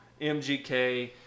MGK